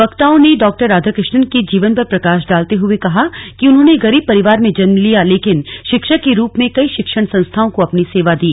वक्ताओं ने डॉ राधाकृष्णन के जीवन पर प्रकाश डालते हुए कहा कि उन्होंने गरीब परिवार में जन्म लिया लेकिन शिक्षक के रूप में कई शिक्षण संस्थाओं को अपनी सेवा दी